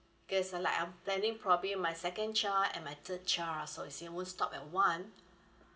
because uh like I'm planning probably my second child and my third child also since I won't stop at one